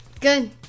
Good